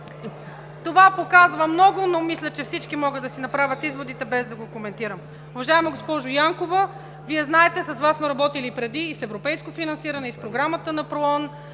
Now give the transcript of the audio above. Това показва много, но мисля, че всички могат да си направят изводите, без да го коментирам. Уважаема госпожо Янкова, Вие знаете, с Вас сме работили и преди с европейско финансиране, с Програмата на ПРООН.